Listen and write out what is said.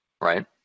Right